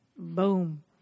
Boom